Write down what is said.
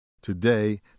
Today